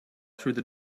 through